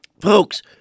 folks